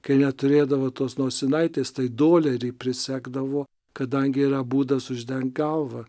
kai neturėdavo tos nosinaitės tai dolerį prisegdavo kadangi yra būdas uždengt galvą